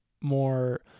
more